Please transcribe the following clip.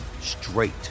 straight